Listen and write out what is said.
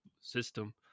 system